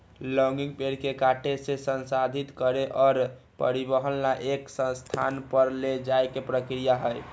logging पेड़ के काटे से, संसाधित करे और परिवहन ला एक स्थान पर ले जाये के प्रक्रिया हई